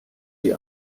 sie